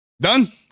Done